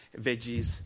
veggies